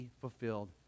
fulfilled